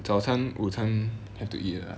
早餐午餐 have to eat